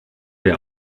der